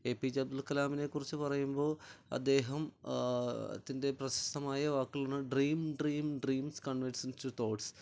A P J Abdul കലാമിനെ കുറിച്ച് പറയുമ്പോൾ അദ്ദേഹം തിൻ്റെ പ്രശസ്തമായ വാക്കുകളാണ് dream dream dreams converts into thoughts